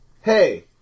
Hey